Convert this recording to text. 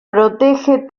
protege